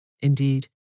Indeed